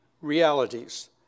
realities